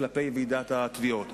כלפי ועידת התביעות,